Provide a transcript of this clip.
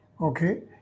Okay